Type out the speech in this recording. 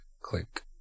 click